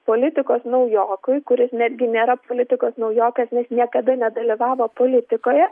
politikos naujokui kuris netgi nėra politikos naujokas nes niekada nedalyvavo politikoje